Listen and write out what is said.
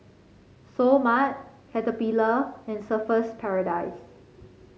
Seoul Mart Caterpillar and Surfer's Paradise